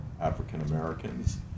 African-Americans